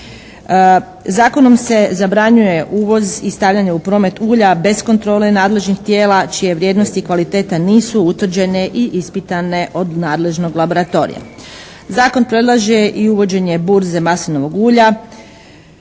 Zakonom se zabranjuje uvoz i stavljanje u promet ulja bez kontrole nadležnih tijela čije vrijednosti i kvalitete nisu utvrđene i ispitane od nadležnog laboratorija. Zakon predlaže i uvođenje burze maslinovog ulja,